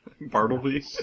Bartleby